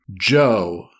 Joe